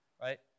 right